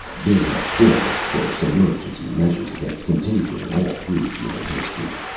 there have been, of course, emergency measures against contagion all through human history.